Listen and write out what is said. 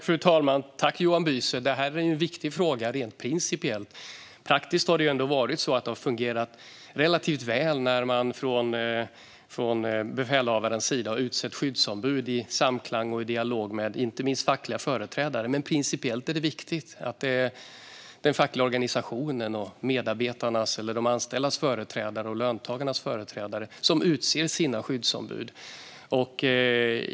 Fru talman! Tack, Johan Büser! Detta är en viktig fråga rent principiellt. Praktiskt har det fungerat relativt väl när befälhavare har utsett skyddsombud i samklang och i dialog med inte minst fackliga företrädare. Men principiellt är det viktigt att det är den fackliga organisationen och medarbetarnas, de anställdas eller löntagarnas företrädare som utser sina skyddsombud.